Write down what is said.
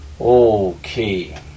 okay